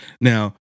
Now